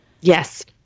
Yes